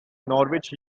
norwich